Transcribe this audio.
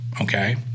okay